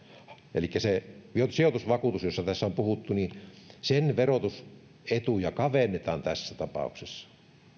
elikkä sijoitusvakuutuksen josta tässä on puhuttu verotusetuja kavennetaan tässä tapauksessa